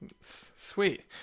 Sweet